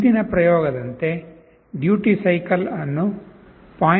ಹಿಂದಿನ ಪ್ರಯೋಗದಂತೆ duty cycle ಅನ್ನು 0